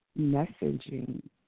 messaging